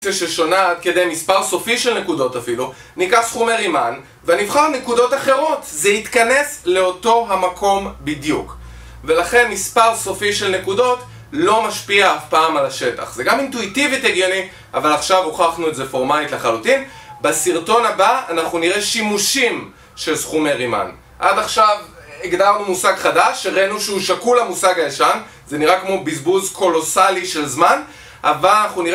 כדי מספר סופי של נקודות אפילו ניקח סכומי רימן ונבחר נקודות אחרות זה יתכנס לאותו המקום בדיוק ולכן מספר סופי של נקודות לא משפיע אף פעם על השטח זה גם אינטואיטיבית הגיוני אבל עכשיו הוכחנו את זה פורמלית לחלוטין, בסרטון הבא אנחנו נראה שימושים של סכומי רימן עד עכשיו הגדרנו מושג חדש הראינו שהוא שקול המושג הישן זה נראה כמו בזבוז קולוסלי של זמן אבל אנחנו נראה